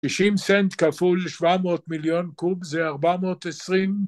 שישים סנט כפול שבע מאות מיליון קוב זה ארבע מאות עשרים